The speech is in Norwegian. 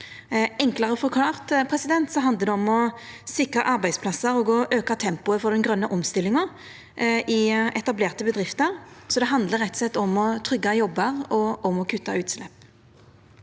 Enklare forklart handlar det om å sikra arbeidsplassar og å auka tempoet for den grøne omstillinga i etablerte bedrifter. Det handlar rett og slett om å tryggja jobbar og om å kutta utslepp.